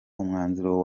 umwanzuro